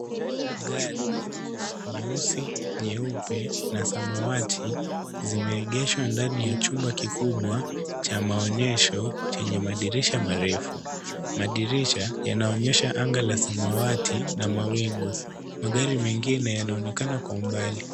Gari nyeusi, nyeupe na samawati zimeegeshwa ndani ya jumba kikubwa cha maonyesho yenye madirisha marefu. Madirisha yanaonyesha anga la samawati na mawingu. Magari mengine yanaonekana kwa umbali.